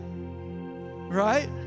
Right